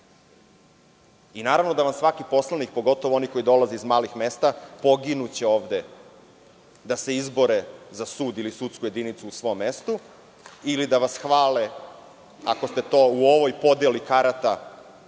godina. Naravno, da vam svaki poslanik, pogotovo oni koji dolaze iz malih mesta poginuće ovde da se izbore za sud ili sudsku jedinicu u svom mestu, ili da vas hvale ako ste to u ovoj podeli karata